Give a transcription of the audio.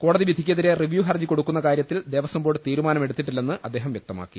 കോടതി വിധിക്കെതിരെ റിവ്യൂ ഹർജി കൊടുക്കുന്ന കാര്യത്തിൽ ദേവസ്വം ബോർഡ് തീരുമാനമെടുത്തിട്ടില്ലെന്ന് അദ്ദേഹം വ്യക്തമാക്കി